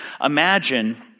Imagine